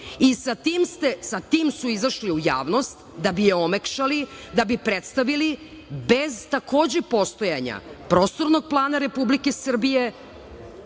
Sa tim su izašli u javnost da bi je omekšali, da bi predstavili bez, takođe, postojanja prostornog plana Republike Srbije,